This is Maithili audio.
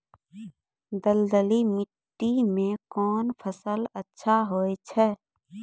दलदली माटी म कोन फसल अच्छा होय छै?